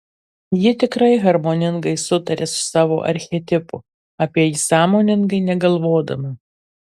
ji tikrai harmoningai sutaria su savo archetipu apie jį sąmoningai negalvodama